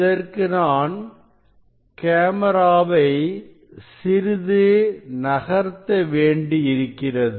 இதற்கு நான் கேமராவை சிறிது நகர்த்த வேண்டியிருக்கிறது